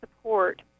support